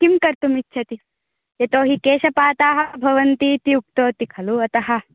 किं कर्तुम् इच्छति यतोहि केशपाताः भवन्ति इति उक्तवति खलु अतः